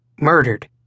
Murdered